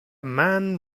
man